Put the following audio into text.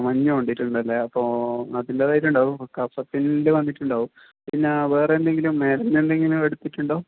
മഞ്ഞ് കൊണ്ടിട്ടുണ്ടല്ലേ അപ്പോൾ അതിൻ്റെ ഇതായിട്ടുണ്ടാവും അപ്പോൾ കഫത്തിൻ്റെ വന്നിട്ടുണ്ടാകും പിന്നെ വേറെ എന്തെങ്കിലും മരുന്ന് എന്തെങ്കിലും എടുത്തിട്ടുണ്ടോ